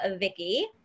Vicky